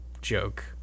joke